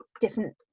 different